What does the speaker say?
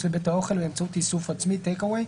לבית האוכל באמצעות איסוף עצמי (Take away)